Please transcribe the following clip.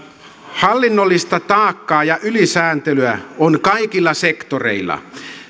hallinnollista taakkaa ja ylisääntelyä on kaikilla sektoreilla